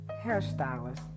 hairstylist